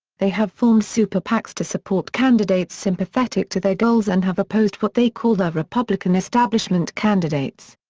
they have formed super pacs to support candidates sympathetic to their goals and have opposed what they call the republican establishment candidates.